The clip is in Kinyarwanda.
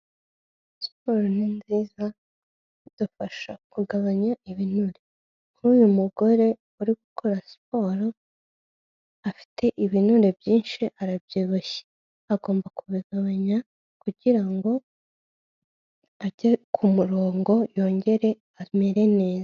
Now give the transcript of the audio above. Siporo ni nziza idufasha kugabanya ibinure, nk'uyu mugore uri gukora siporo afite ibinure byinshi arabyibushye, agomba kubigabanya kugira ngo ajye ku murongo yongere amere neza.